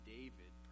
David